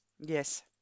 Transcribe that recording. yes